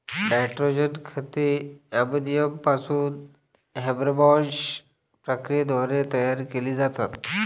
nitrogen खते ammonia पासून Haber Bosch प्रक्रियेद्वारे तयार केली जातात